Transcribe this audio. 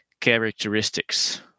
characteristics